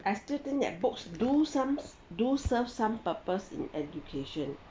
I still think that books do somes do serve some purpose in education